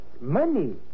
money